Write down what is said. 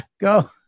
go